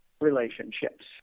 relationships